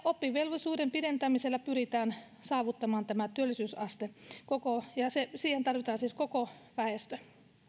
oppivelvollisuuden pidentämisellä pyritään saavuttamaan tämä työllisyysaste ja siihen tarvitaan siis koko väestö